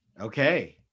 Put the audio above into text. Okay